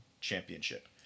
championship